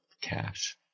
cash